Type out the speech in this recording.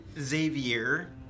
Xavier